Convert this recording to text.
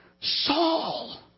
Saul